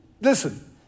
listen